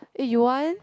eh you want